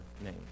name